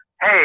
Hey